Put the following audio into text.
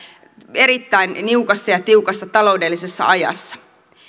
erittäin niukassa ja tiukassa taloudellisessa ajassa